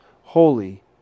holy